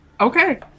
Okay